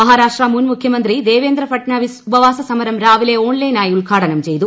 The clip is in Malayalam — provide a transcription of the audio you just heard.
മഹാരാഷ്ട്ര മുൻ മുഖ്യമന്ത്രി ദേവേന്ദ്ര ഫട്നാവിസ് ഉപവാസ സമരം രാവിലെ ഓൺലൈൻ ആയി ഉദ്ഘാടനം ചെയ്തു